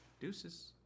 Deuces